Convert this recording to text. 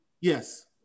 Yes